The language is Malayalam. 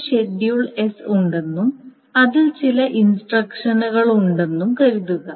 ഒരു ഷെഡ്യൂൾ എസ് ഉണ്ടെന്നും അതിൽ ചില ഇൻസ്ട്രക്ഷനുകളുണ്ടെന്നും കരുതുക